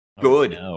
Good